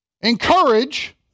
Encourage